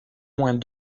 moins